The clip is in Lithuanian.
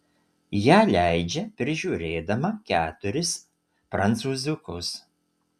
ją leidžia prižiūrėdama keturis prancūziukus